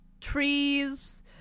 trees